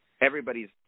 everybody's